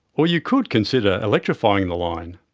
or you could consider electrifying the line.